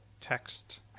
text